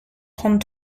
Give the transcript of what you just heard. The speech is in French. trente